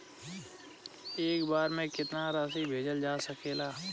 एक बार में केतना राशि भेजल जा सकेला?